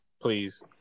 Please